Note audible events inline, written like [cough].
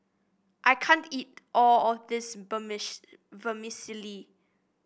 I can't eat all of this [unintelligible] Vermicelli